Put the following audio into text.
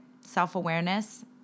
self-awareness